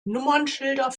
nummernschilder